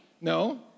No